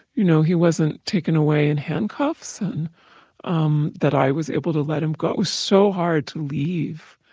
you know, he wasn't taken away in handcuffs and um that i was able to let him go. it was so hard to leave.